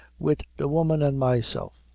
wid the woman an' myself.